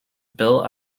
bill